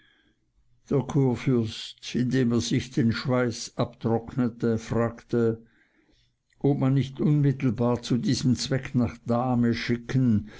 der kurfürst indem er sich den schweiß abtrocknete fragte ob man nicht unmittelbar zu diesem zweck nach dahme schicken